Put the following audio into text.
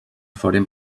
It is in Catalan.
foren